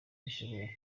ishobora